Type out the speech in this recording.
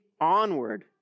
onward